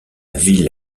ville